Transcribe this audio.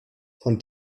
von